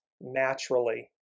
naturally